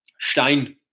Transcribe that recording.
stein